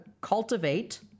cultivate